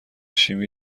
شیمی